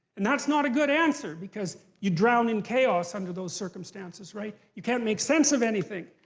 and that's not a good answer because you drown in chaos under those circumstances, right? you can't make sense of anything.